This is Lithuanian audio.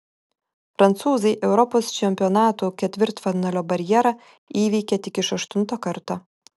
prancūzai europos čempionatų ketvirtfinalio barjerą įveikė tik iš aštunto karto